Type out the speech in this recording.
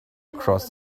across